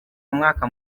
umwaka